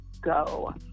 go